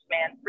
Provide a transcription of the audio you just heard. Man